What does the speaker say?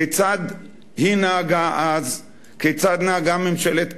כיצד היא נהגה אז, כיצד נהגה ממשלת קדימה,